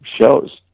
shows